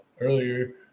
earlier